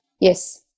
Yes